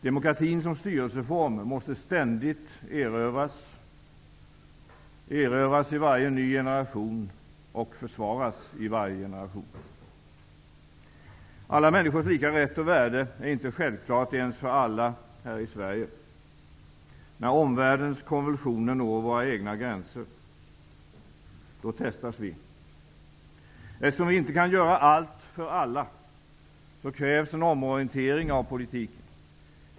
Demokratin som styrelseform måste ständigt erövras och försvaras i varje ny generation. Alla människors lika rätt och värde är inte självklara ens för alla här i Sverige. När omvärldens konvulsioner når våra egna gränser testas vi. Eftersom vi inte kan göra allt för alla krävs en omorientering av politiken.